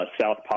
South